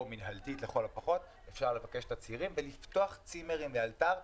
או מנהלתית לכל הפחות אפשר לבקש תצהירים ולפתוח צימרים לאלתר.